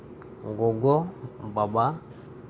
ᱜᱚᱜᱚ ᱵᱟᱵᱟ